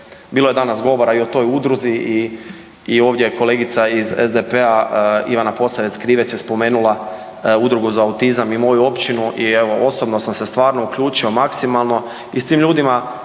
bilo je danas govora i o toj udruzi i ovdje je kolegica iz SDP-a Ivana Posavec Krivec je spomenula Udrugu za autizam i moju općinu i evo osobno sam se stvarno uključio maksimalno i s tim ljudima